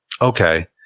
Okay